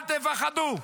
אל תפחדו,